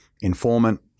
informant